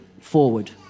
forward